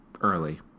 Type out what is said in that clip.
early